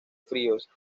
fríos